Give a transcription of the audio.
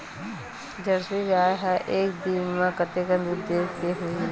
Jersey गाय ह एक दिन म कतेकन दूध देत होही?